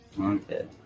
Okay